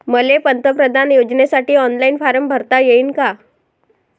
मले पंतप्रधान योजनेसाठी ऑनलाईन फारम भरता येईन का?